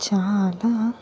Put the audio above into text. చాలా